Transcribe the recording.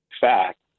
fact